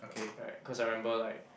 right cause I remember like